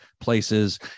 places